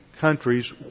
countries